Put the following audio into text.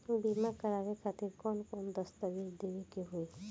बीमा करवाए खातिर कौन कौन दस्तावेज़ देवे के होई?